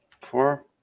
four